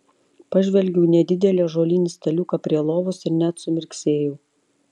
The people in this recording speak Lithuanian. pažvelgiau į nedidelį ąžuolinį staliuką prie lovos ir net sumirksėjau